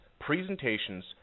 presentations